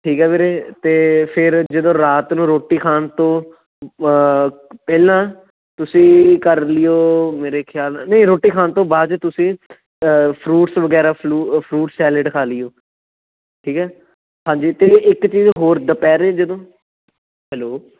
ਠੀਕ ਹੈ ਵੀਰੇ ਅਤੇ ਫੇਰ ਜਦੋਂ ਰਾਤ ਨੂੰ ਰੋਟੀ ਖਾਣ ਤੋਂ ਪਹਿਲਾਂ ਤੁਸੀਂ ਕਰ ਲੀਓ ਮੇਰੇ ਖ਼ਿਆਲ ਨਹੀਂ ਰੋਟੀ ਖਾਣ ਤੋਂ ਬਾਅਦ ਤੁਸੀਂ ਫਰੂਟਸ ਵਗੈਰਾ ਫਲੂ ਫਰੂਟ ਸੈਲਿਡ ਖਾ ਲੀਓ ਠੀਕ ਹੈ ਹਾਂਜੀ ਅਤੇ ਇੱਕ ਚੀਜ਼ ਹੋਰ ਦੁਪਹਿਰੇ ਜਦੋਂ ਹੈਲੋ